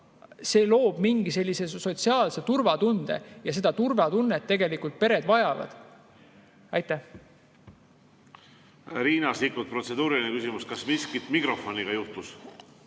see loob mingi sotsiaalse turvatunde ja seda turvatunnet tegelikult pered vajavad. Riina Sikkut, protseduuriline küsimus. Kas miskit mikrofoniga juhtus?